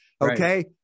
okay